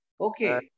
Okay